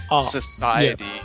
society